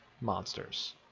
monsters